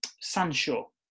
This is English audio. Sancho